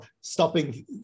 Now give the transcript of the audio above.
stopping